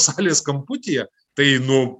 salės kamputyje tai nu